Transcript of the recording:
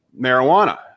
marijuana